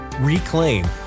reclaim